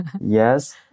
Yes